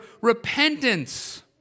repentance